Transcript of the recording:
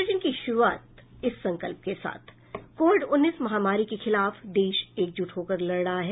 bulletin की शुरूआत इस संकल्प के साथ कोविड उन्नीस महामारी के खिलाफ देश एकजुट होकर लड़ रहा है